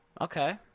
Okay